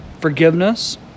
forgiveness